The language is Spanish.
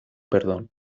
perdón